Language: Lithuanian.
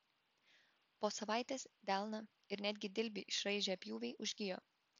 po savaitės delną ir netgi dilbį išraižę pjūviai užgijo